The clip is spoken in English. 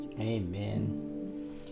amen